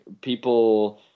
people